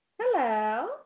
Hello